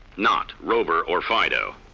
not rover or fido.